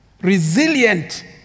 resilient